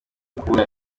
kubura